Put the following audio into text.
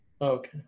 Okay